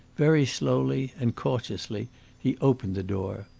very slowly and cautiously he opened the door.